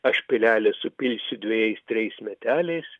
aš pilelę supilsiu dvejais trejais meteliais